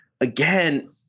again